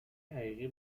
حقیقی